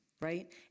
right